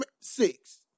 six